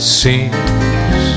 seems